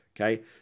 Okay